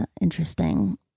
interesting